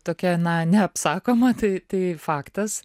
tokia na neapsakoma tai tai faktas